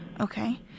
Okay